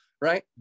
right